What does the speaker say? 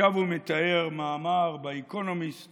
עכשיו הוא מתאר מאמר באקונומיסט